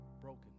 broken